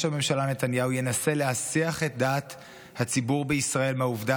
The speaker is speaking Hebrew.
הממשלה נתניהו ינסה להסיח את דעת הציבור בישראל מהעובדה